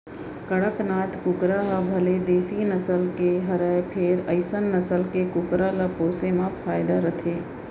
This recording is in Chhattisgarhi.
कड़कनाथ कुकरा ह भले देसी नसल के हरय फेर अइसन नसल के कुकरा ल पोसे म फायदा रथे